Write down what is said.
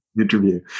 interview